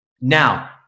Now